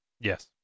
Yes